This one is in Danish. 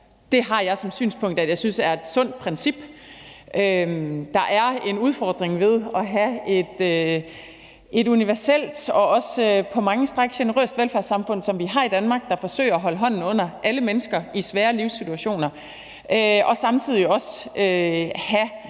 Det har jeg som synspunkt er et sundt princip. Der er en udfordring ved at have et universelt og også på mange stræk generøst velfærdssamfund, som vi har i Danmark, og som forsøger at holde hånden under alle mennesker i svære livssituationer, og samtidig også have